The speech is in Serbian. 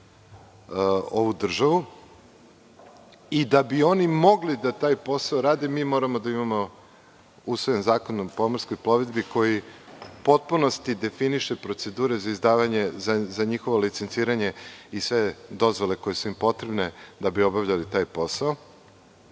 ovu državu. Da bi oni mogli taj posao da rade, mi moramo da imamo usvojen Zakon o pomorskoj plovidbi koji u potpunosti definiše procedure za njihovo licenciranje i sve dozvole koje su im potrebne da bi obavljali taj